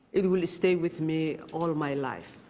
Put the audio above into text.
it will stay with me all my life.